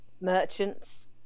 merchants